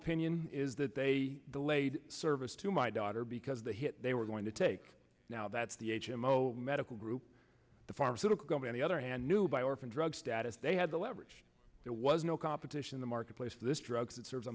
opinion is that they delayed service to my daughter because the hit they were going to take now that's the h m o medical group the pharmaceutical many other hand new buy orphan drug status they had the leverage there was no competition in the marketplace this drug that serves a